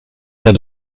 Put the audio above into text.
cas